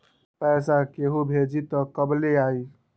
पैसा केहु भेजी त कब ले आई?